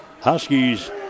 Huskies